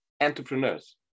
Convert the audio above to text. entrepreneurs